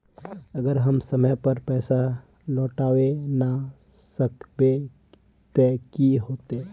अगर हम समय पर पैसा लौटावे ना सकबे ते की होते?